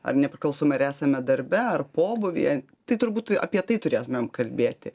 ar nepriklausomai ar esame darbe ar pobūvyje tai turbūt apie tai turėtumėm kalbėti